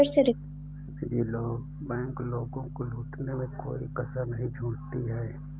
निजी बैंक लोगों को लूटने में कोई कसर नहीं छोड़ती है